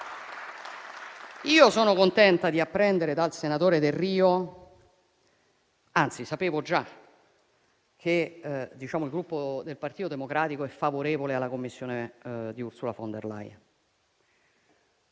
Sono contenta di apprendere dal senatore Delrio - anzi, lo sapevo già - che il gruppo Partito Democratico è favorevole alla Commissione di Ursula von der Leyen.